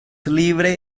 libre